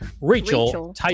rachel